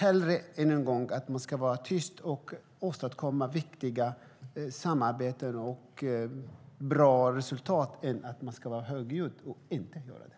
Än en gång: Hellre att man är tyst och åstadkommer viktiga samarbeten och bra resultat än att man är högljudd och inte gör det.